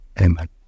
Amen